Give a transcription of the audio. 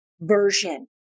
version